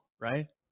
right